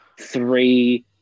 three